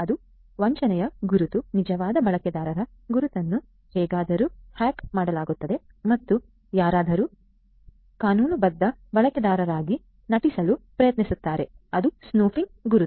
ಅದು ವಂಚನೆಯ ಗುರುತು ನಿಜವಾದ ಬಳಕೆದಾರರ ಗುರುತನ್ನು ಹೇಗಾದರೂ ಹ್ಯಾಕ್ ಮಾಡಲಾಗುತ್ತದೆ ಮತ್ತು ಯಾರಾದರೂ ಕಾನೂನುಬದ್ಧ ಬಳಕೆದಾರರಾಗಿ ನಟಿಸಲು ಪ್ರಯತ್ನಿಸುತ್ತಿದ್ದಾರೆ ಅದು ಸ್ಪೂಫಿಂಗ್ ಗುರುತು